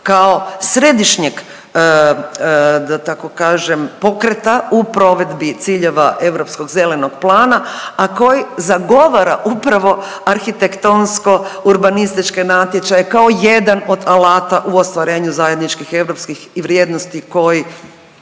da tako kažem pokreta u provedbi ciljeva europskog zelenog plana, a koji zagovara upravo arhitektonsko-urbanističke natječaje kao jedan od alata u ostvarenju zajedničkih europskih i vrijednosti koje